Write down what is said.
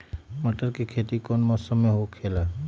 मटर के खेती कौन मौसम में होखेला?